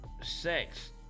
sex